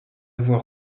voix